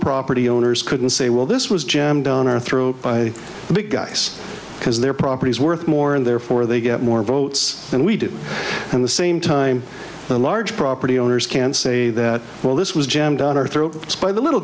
property owners couldn't say well this was jammed down our throat by the big guys because their property is worth more and therefore they get more votes than we do and the same time the large property owners can say that well this was jammed down our throat by the little